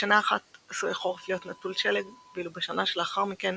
בשנה אחת עשוי החורף להיות נטול שלג ואילו בשנה לאחר מכן